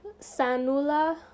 Sanula